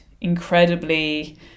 incredibly